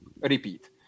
Repeat